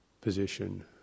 position